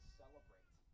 celebrate